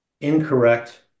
incorrect